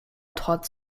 trotz